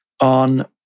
on